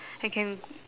I can